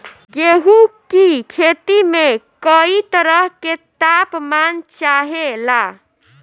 गेहू की खेती में कयी तरह के ताप मान चाहे ला